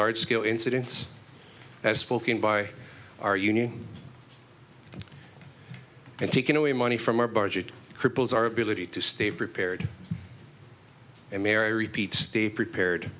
large scale incidents spoken by our union and taking away money from our budget cripples our ability to stay prepared and mary repeats the prepared